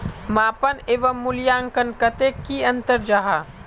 मापन एवं मूल्यांकन कतेक की अंतर जाहा?